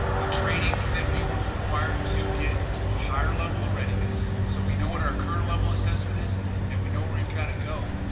the training that we would require to get to a higher level of ah readiness. so we know what our current level assessment is and we know where we've got to go,